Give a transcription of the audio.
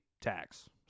tax